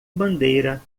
bandeira